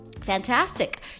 Fantastic